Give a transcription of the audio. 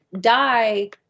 die